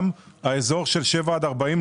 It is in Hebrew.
גם האזור של שבעה עד 40 קילומטר,